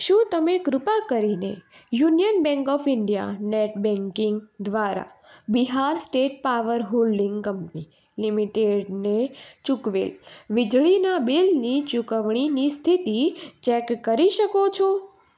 શું તમે કૃપા કરીને Union Bank of India net banking દ્વારા Bihar State Power Holding Company લિમિટેડને ચૂકવેલ વીજળીનાં બિલની ચુકવણીની સ્થિતિ ચેક કરી શકો છો